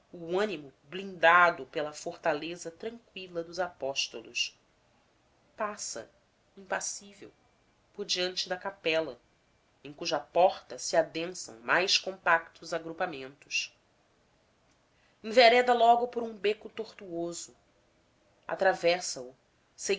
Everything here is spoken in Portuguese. ânimo blindado pela fortaleza tranqüila dos apóstolos passa impassível por diante da capela em cuja porta se adensam mais compactos agrupamentos envereda logo por um beco tortuoso atravessa o